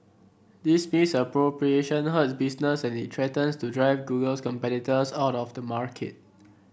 this misappropriation hurts business and it threatens to drive Google's competitors out of the market